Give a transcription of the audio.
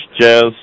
jazz